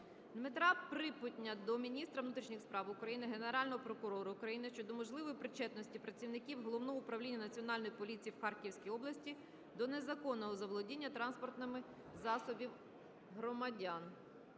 Дмитра Припутня до міністра внутрішніх справ України, Генерального прокурора України щодо можливої причетності працівників Головного управління Національної поліції в Харківській області до незаконного заволодіння транспортних засобів громадян.